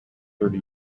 thirty